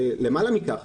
למעלה מכך,